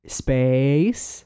space